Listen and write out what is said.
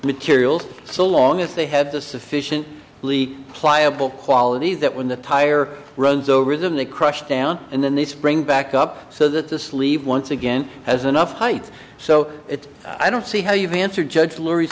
materials so long as they the sufficient lead pliable qualities that when the tire runs over them they crush down and then the spring back up so that the sleeve once again has enough height so it's i don't see how you've answered judge laurie